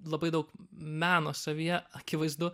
labai daug meno savyje akivaizdu